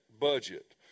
budget